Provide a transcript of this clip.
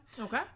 Okay